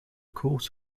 court